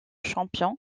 champion